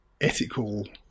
ethical